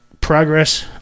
progress